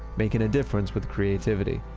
making a difference with creativity.